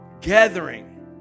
Gathering